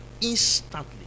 instantly